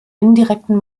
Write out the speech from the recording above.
indirekten